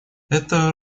это